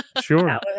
sure